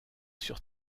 sur